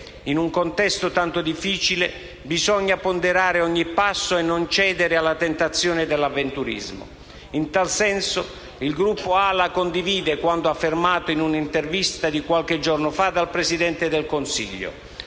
in un contesto tanto difficile, bisogna ponderare ogni passo e non cedere alla tentazione dell'avventurismo. In tal senso il Gruppo AL-A condivide quanto affermato in un'intervista di qualche giorno fa dal Presidente del Consiglio: